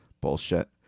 Bullshit